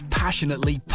passionately